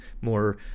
more